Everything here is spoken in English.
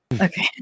Okay